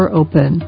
open